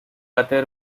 other